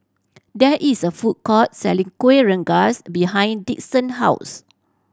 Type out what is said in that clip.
there is a food court selling Kueh Rengas behind Dixon house